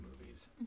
movies